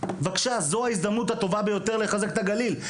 בבקשה זו ההזדמנות הטובה ביותר לחזק את הגליל,